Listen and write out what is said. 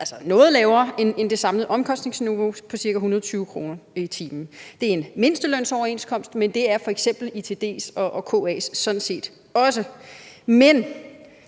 ligger noget lavere end det samlede omkostningsniveau på ca. 120 kr. i timen. Det er en mindstelønsoverenskomst, men det er f.eks. ITD's og KA's sådan set også. Men